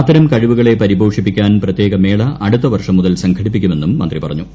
അത്തരം കഴിവുകളെ പരിപോഷിപ്പിക്കാൻ പ്രത്യേക മേള അടുത്ത വർഷം മുതൽ സംഘടിപ്പിക്കുമെന്നും മന്ത്രി പറഞ്ഞു